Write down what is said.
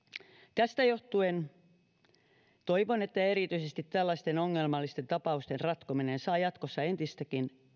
tästä johtuen toivon että erityisesti tällaisten ongelmallisten tapausten ratkominen saa jatkossa entistäkin